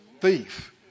thief